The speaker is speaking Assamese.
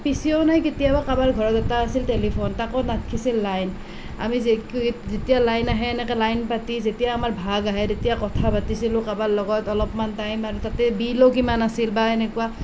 পি চি অও নাই কেতিয়াবা কাৰোবাৰ ঘৰত আছিল এটা টেলিফোন তাকো নাথাকিছিল লাইন আমি যেতিয়া লাইন আহে এনেকে লাইন পাতি যেতিয়া আমাৰ ভাগ আহে কথা পাতিছিলোঁ কাৰোবাৰ লগত অলপমান টাইম আৰু তাতে বিলো কিমান আছিল বা এনেকুৱা